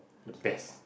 best lobang